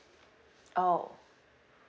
oh